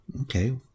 Okay